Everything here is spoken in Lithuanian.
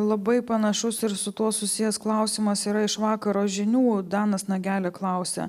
labai panašus ir su tuo susijęs klausimas yra iš vakaro žinių danas nagelė klausia